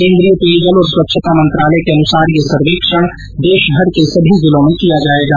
केन्द्रीय पेयजल और स्वच्छता मंत्रालय के अनुसार यह सर्वेक्षण देशभर के सभी जिलों में किया जायेगा